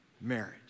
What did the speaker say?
marriage